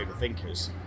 overthinkers